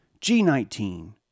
G19